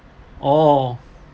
oh